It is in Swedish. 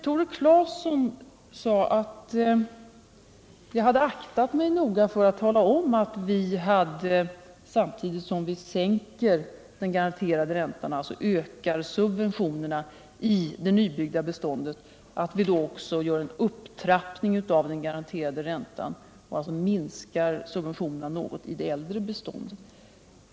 Tore Claeson sade att jag hade aktat mig noga för att tala om att vi samtidigt som vi sänker den garanterade räntan, alltså ökar subventionerna i det nybyggda beståndet, också genomför en upptrappning av den garanterade räntan som något minskar subventionerna i det äldre beståndet.